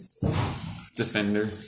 Defender